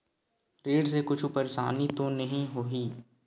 ऋण से कुछु परेशानी तो नहीं होही?